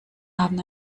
haben